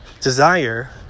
desire